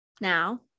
now